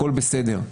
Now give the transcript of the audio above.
הכל בסדר,